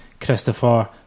Christopher